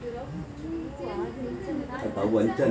ತೆಂಗುಗಳಲ್ಲಿ ರೋಗವನ್ನು ಉಂಟುಮಾಡುವ ಕೀಟ ಯಾವುದು?